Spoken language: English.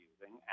using